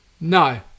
No